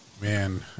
Man